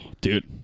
Dude